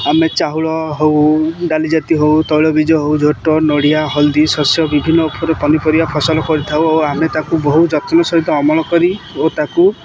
ଆମେ ଚାହୁଳ ହଉ ଡାଲି ଜାତି ହଉ ତୈଳବିଜ ହଉ ଝୋଟ ନଡ଼ିଆ ହଲଦି ଶସ୍ୟ ବିଭିନ୍ନ ଉପରେ ପନିପରିବା ଫସଲ କରିଥାଉ ଓ ଆମେ ତାକୁ ବହୁ ଯତ୍ନ ସହିତ ଅମଳ କରି ଓ ତାକୁ